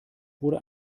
wurde